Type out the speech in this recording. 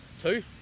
two